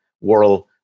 world